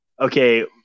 okay